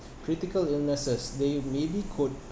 critical illnesses they maybe could